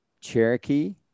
Cherokee